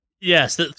yes